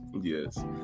Yes